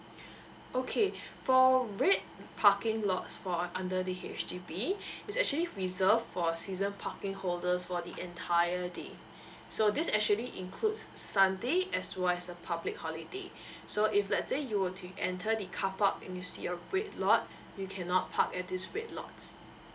okay for red parking lots for under the H_D_B it's actually reserved for season parking holders for the entire day so this actually includes sunday as well as a public holiday so if let's say you were to enter the car park and you see a red lot you cannot park at this red lots